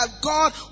God